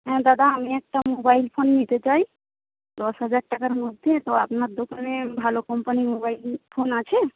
হ্যাঁ দাদা আমি একটা মোবাইল ফোন নিতে চাই দশ হাজার টাকার মধ্যে তো আপনার দোকানে ভালো কোম্পানির মোবাইল ফোন আছে